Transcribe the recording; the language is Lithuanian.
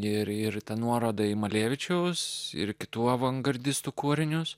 ir ir tą nuorodą į malevičiaus ir kitų avangardistų kūrinius